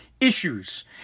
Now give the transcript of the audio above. issues